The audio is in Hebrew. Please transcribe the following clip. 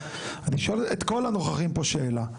אני שואל את כל הנוכחים פה שאלה.